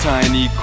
Tiny